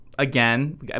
Again